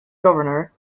governor